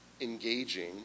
engaging